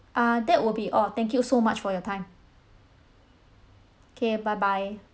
uh that will be all thank you so much for your time K bye bye